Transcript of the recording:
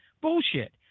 bullshit